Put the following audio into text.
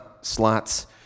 slots